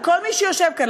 לכל מי שיושב כאן,